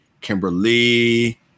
kimberly